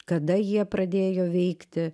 kada jie pradėjo veikti